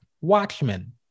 Watchmen